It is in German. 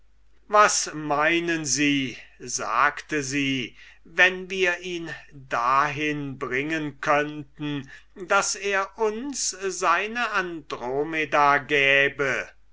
was meinen sie sagte sie wenn wir ihn dahin bringen könnten daß er uns seine andromeda gäbe